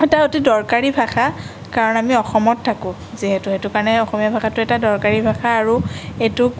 এটা অতি দৰকাৰী ভাষা কাৰণ আমি অসমত থাকোঁ যিহেতু সেইটো কাৰণে অসমীয়া ভাষাটো এটা দৰকাৰী ভাষা আৰু এইটোক